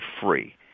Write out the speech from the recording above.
free